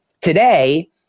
today